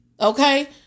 Okay